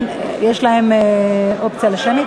יש להם אופציה לשמית?